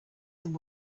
some